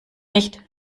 nicht